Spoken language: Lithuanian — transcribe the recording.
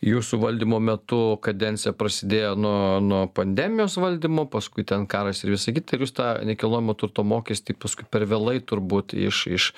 jūsų valdymo metu kadencija prasidėjo nuo nuo pandemijos valdymo paskui ten karas ir visa kita ir jūs tą nekilnojamo turto mokestį paskui per vėlai turbūt iš iš